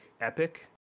Epic